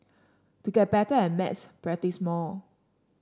to get better at maths practise more